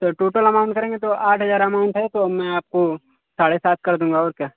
sir total amount करेंगे तो आठ हजार अमाउंट है तो मैं आपको साढ़े सात कर दूंगा और क्या